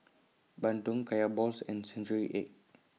Bandung Kaya Balls and Century Egg